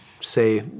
say